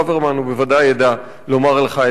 הוא בוודאי ידע לומר לך את זה גם,